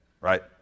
right